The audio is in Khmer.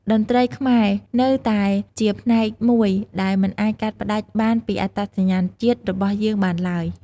តន្ត្រីខ្មែរនៅតែជាផ្នែកមួយដែលមិនអាចកាត់ផ្ដាច់បានពីអត្តសញ្ញាណជាតិរបស់យើងបានទ្បើយ។